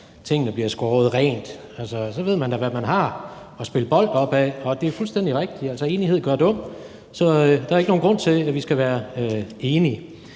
tingene bliver sagt rent ud. Så ved man da, hvad man har at spille bolden op ad. Det er fuldstændig rigtigt, at enighed gør dum, så der er ikke nogen grund til, at vi skal være enige.